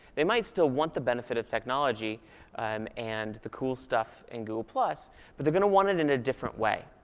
they might still want the benefit of technology um and the cool stuff and google. but they're going to want it in a different way.